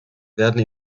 werden